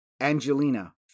Angelina